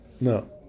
no